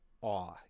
awe